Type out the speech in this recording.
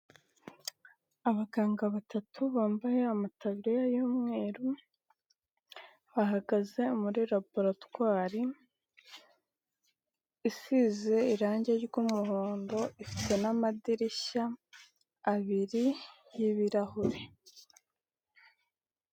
abaganga batatu bambaye amatab y'umweru, bahagaze muri laburatwari isize irangi ry'umuhondo, ifite n'amadirishya abiri y'ibirahure.